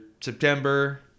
September